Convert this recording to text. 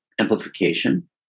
amplification